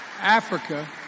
Africa